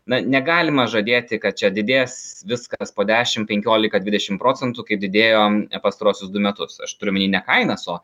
na negalima žadėti kad čia didės viskas po dešim penkiolika dvidešim procentų kaip didėjo pastaruosius du metus aš turiu omeny ne kainas o